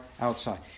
outside